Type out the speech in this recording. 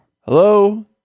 Hello